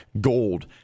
gold